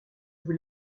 vous